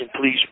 please